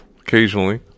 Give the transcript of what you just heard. occasionally